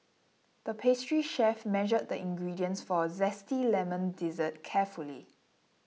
the pastry chef measured the ingredients for a Zesty Lemon Dessert carefully